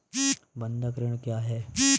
बंधक ऋण क्या है?